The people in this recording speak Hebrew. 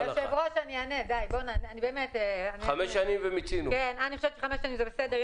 אדוני היושב-ראש, אני חושבת שחמש שנים זה בסדר.